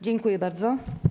Dziękuję bardzo.